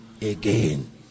again